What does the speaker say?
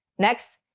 next,